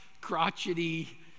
crotchety